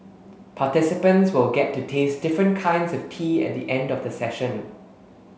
participants will get to taste different kinds of tea at the end of the session